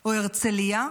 או הרצליה,